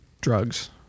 drugs